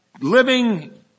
living